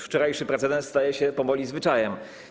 Wczorajszy precedens staje się powoli zwyczajem.